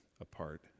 apart